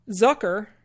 Zucker